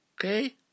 okay